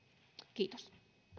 kiitos